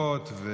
אגרות.